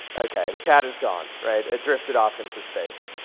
okay, the cat is gone, right? it drifted off into space.